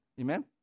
Amen